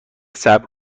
صبر